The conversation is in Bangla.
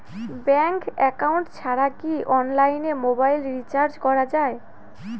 ব্যাংক একাউন্ট ছাড়া কি অনলাইনে মোবাইল রিচার্জ করা যায়?